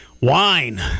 wine